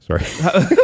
Sorry